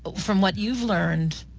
from what you've learned,